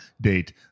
date